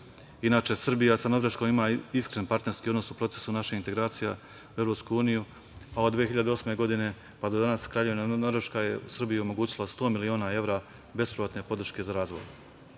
EFTA.Inače, Srbija sa Norveškom ima iskren partnerski odnos u procesu naših integracija u EU, a od 2008. godine, pa do danas, Kraljevina Norveška je Srbiji omogućila 100 miliona evra besplatne podrške za